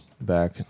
back